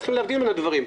צריך להבדיל בין הדברים.